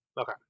Okay